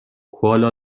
کوالا